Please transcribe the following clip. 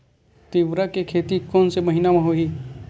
तीवरा के खेती कोन से महिना म होही?